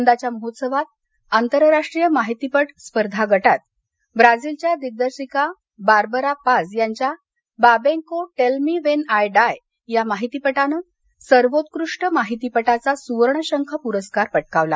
यंदाच्या महोत्सवात आंतरराष्ट्रीय माहितीपट स्पर्धा गटात ब्राझिलच्या दिग्दर्शिका बार्बरा पाझ यांच्या Babenko tell me when I die या माहितीपटानं सर्वोत्कृष्ट माहितीपटाचा सुवर्णशंख पुरस्कार पटकावला